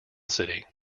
city